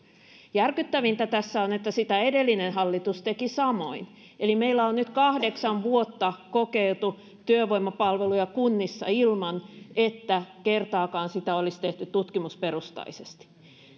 järkyttävintä tässä on että sitä edellinen hallitus teki samoin eli meillä on nyt kahdeksan vuotta kokeiltu työvoimapalveluja kunnissa ilman että kertaakaan sitä olisi tehty tutkimusperustaisesti